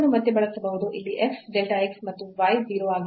ಇಲ್ಲಿ f delta x ಮತ್ತು y 0 ಆಗಿದೆ